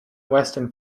western